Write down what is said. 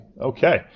Okay